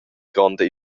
gronda